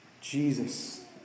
Jesus